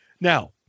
now